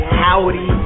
howdy